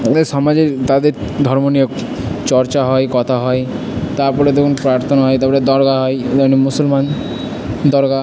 তাদের সমাজে তাদের ধর্ম নিয়েও চর্চা হয় কথা হয় তারপরে ধরুন প্রার্থনা হয় তারপরে দরগা হয় মুসলমান দরগা